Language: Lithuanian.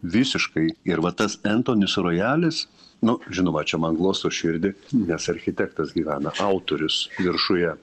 visiškai ir va tas entonis rojalis nu žinoma čia man glosto širdį nes architektas gyvena autorius viršuje